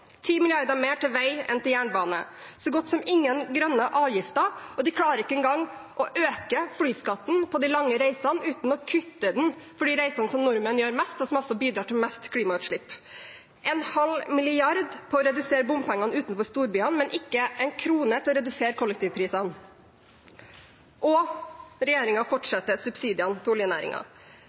mer til vei enn til jernbane, så godt som ingen grønne avgifter, og man klarer ikke engang å øke flyskatten på de lange reisene uten å kutte den for de reisene som nordmenn gjør mest av, og som også bidrar til mest klimagassutslipp. Det er 0,5 mrd. kr til å redusere bompengene utenfor storbyene, men ikke en krone til å redusere kollektivprisene. Og regjeringen fortsetter subsidiene til